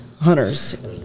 hunters